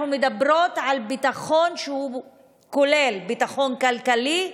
אנחנו מדברות על ביטחון שהוא כולל: ביטחון כלכלי,